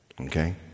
okay